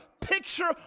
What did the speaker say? picture